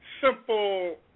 simple